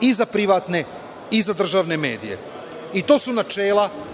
i za privatne i za državne medije. I to su načela